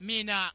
Mina